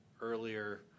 earlier